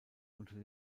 unter